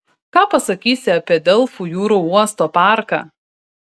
ką pasakysi apie delfų jūrų uosto parką